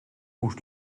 moest